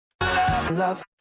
Love